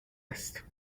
است